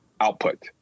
output